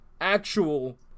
actual